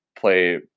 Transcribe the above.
play